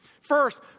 First